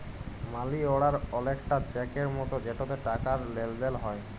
মালি order অলেকটা চ্যাকের মতো যেটতে টাকার লেলদেল হ্যয়